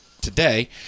today